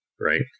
Right